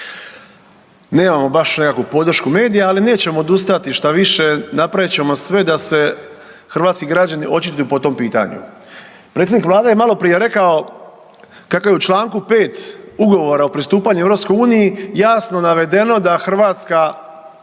Nemamo baš nekakvu podršku medija, ali nećemo odustati. Štaviše, napravit ćemo sve da se hrvatski građani očituju po tom pitanju. Predsjednik vlade je maloprije rekao kako je u čl. 5. Ugovora o pristupanju EU jasno navedeno da Hrvatska